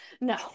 no